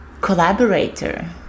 collaborator